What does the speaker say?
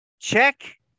check